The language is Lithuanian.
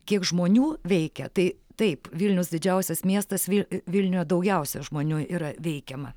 kiek žmonių veikia tai taip vilnius didžiausias miestas vil vilniuje daugiausia žmonių yra veikiama